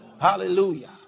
Hallelujah